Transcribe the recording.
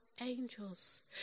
Angels